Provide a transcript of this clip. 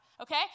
Okay